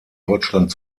deutschland